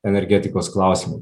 energetikos klausimų